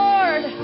Lord